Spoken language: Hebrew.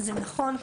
זה נכון,